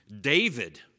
David